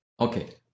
Okay